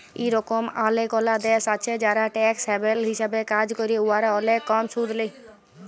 ইরকম অলেকলা দ্যাশ আছে যারা ট্যাক্স হ্যাভেল হিসাবে কাজ ক্যরে উয়ারা অলেক কম সুদ লেই